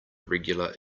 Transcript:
regular